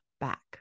back